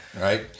right